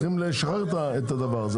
צריכים לשחרר את זה.